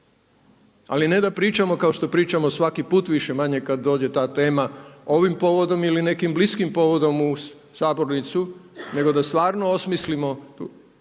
Ali ne da pričamo kao što pričamo svaki put više-manje kada dođe ta tema ovim povodom ili nekim bliskim povodom u sabornicu nego da stvarno osmislimo